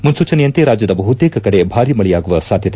ಮುನ್ನೂಚನೆಯಂತೆ ರಾಜ್ಲದ ಬಹುತೇಕ ಕಡೆ ಭಾರೀ ಮಳೆಯಾಗುವ ಸಾಧ್ನತೆ